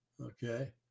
Okay